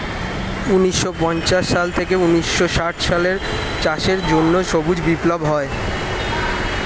ঊন্নিশো পঞ্চাশ সাল থেকে ঊন্নিশো ষাট সালে চাষের জন্য সবুজ বিপ্লব হয়